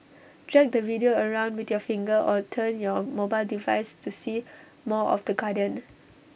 drag the video around with your finger or turn your mobile device to see more of the garden